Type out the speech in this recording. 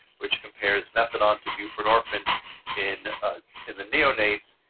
which compares methadone to buprenorphine in in the neonates,